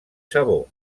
sabó